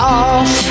off